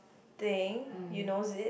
thing you knows it